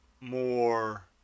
more